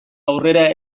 aurrera